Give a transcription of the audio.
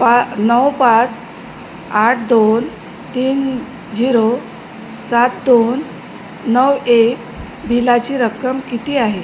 पा नऊ पाच आठ दोन तीन झिरो सात दोन नऊ एक बिलाची रक्कम किती आहे